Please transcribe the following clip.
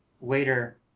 later